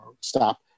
stop